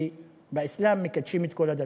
כי באסלאם מקדשים את כל הדתות.